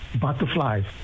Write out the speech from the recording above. butterflies